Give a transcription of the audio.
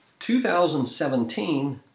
2017